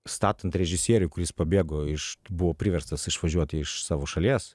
statant režisieriui kuris pabėgo iš buvo priverstas išvažiuoti iš savo šalies